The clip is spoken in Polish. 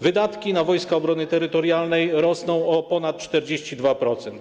Wydatki na Wojska Obrony Terytorialnej rosną o ponad 42%.